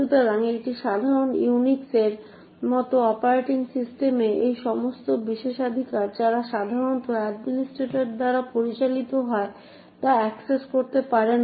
সুতরাং একটি সাধারণ ইউনিক্স এর মতো অপারেটিং সিস্টেমে এই সমস্ত বিশেষাধিকার যারা সাধারণত অ্যাডমিনিস্ট্রেটর দ্বারা পরিচালিত হয় তা অ্যাক্সেস করতে পারে না